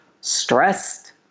stressed